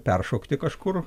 peršokti kažkur